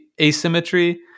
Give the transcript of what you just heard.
asymmetry